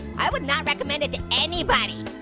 i would not recommend it to anybody.